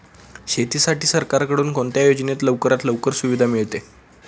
शेतीसाठी सरकारकडून कोणत्या योजनेत लवकरात लवकर सुविधा मिळते?